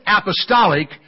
apostolic